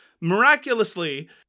miraculously